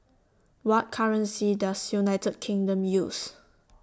What currency Does United Kingdom use